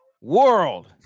world